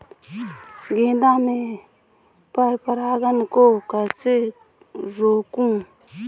गेंदा में पर परागन को कैसे रोकुं?